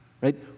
right